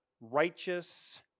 righteous